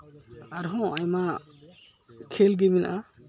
ᱟᱨᱦᱚᱸ ᱟᱭᱢᱟ ᱠᱷᱮᱞ ᱜᱮ ᱢᱮᱱᱟᱜᱼᱟ